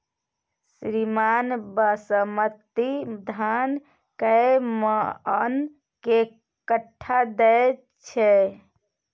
श्रीमान बासमती धान कैए मअन के कट्ठा दैय छैय?